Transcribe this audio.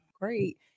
Great